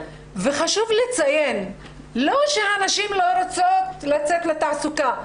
חשוב לציין, לא שהנשים לא רוצות לצאת לתעסוקה.